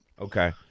Okay